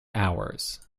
hours